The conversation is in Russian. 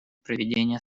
проведения